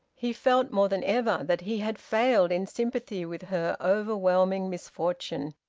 he felt, more than ever, that he had failed in sympathy with her overwhelming misfortune.